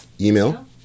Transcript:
email